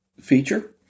feature